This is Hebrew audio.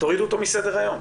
תורידו אותו מסדר היום.